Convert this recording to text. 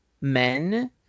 men